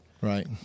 Right